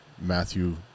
Matthew